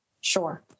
Sure